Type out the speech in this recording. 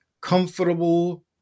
comfortable